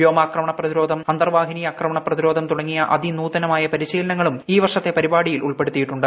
വ്യോമാക്രമണ പ്രതിരോധം അന്തർവാഹിനി ആക്രമണ പ്രതിരോധം തുടങ്ങിയ അതിനൂതനമായ പരിശീലനങ്ങളും ഈ വർഷത്തെ പരിപാടിയിൽ ഉൾപ്പെടുത്തിയിട്ടുണ്ട്